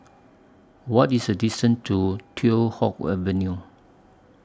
What IS The distance to Teow Hock Avenue